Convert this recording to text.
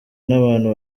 n’abantu